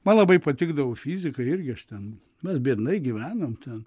man labai patikdavo fizika irgi aš ten mes biednai gyvenom ten